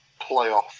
playoff